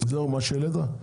זהו מה שהעלית?